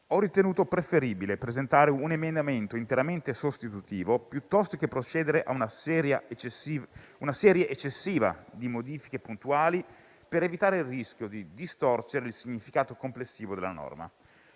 Ho ritenuto preferibile presentare un emendamento interamente sostitutivo, piuttosto che procedere a una serie eccessiva di modifiche puntuali, per evitare il rischio di distorcere il significato complessivo della norma,